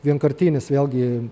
vienkartinis vėlgi